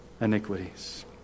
iniquities